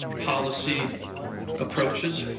policy approaches?